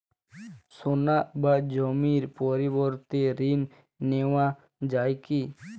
সোনা বা জমির পরিবর্তে ঋণ নেওয়া যায় কী?